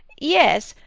yes,